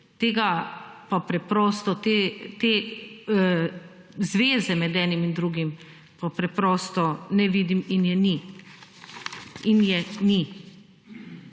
tega pa preprosto te zveze med enim in drugim pa preprosto ne vidim in je ni in je ni.